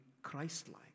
Christ-like